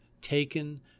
taken